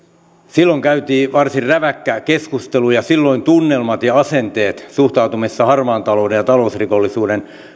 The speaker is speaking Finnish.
silloin käytiin varsin räväkkää keskustelua ja silloin tunnelmat ja asenteet suhtautumisessa harmaan talouden ja talousrikollisuuden